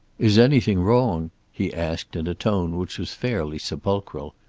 is anything wrong? he asked, in a tone which was fairly sepulchral.